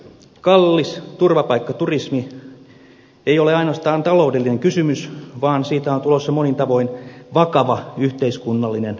kallis turvapaikkaturismi ei ole ainoastaan taloudellinen kysymys vaan siitä on tulossa monin tavoin vakava yhteiskunnallinen ongelma